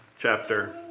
chapter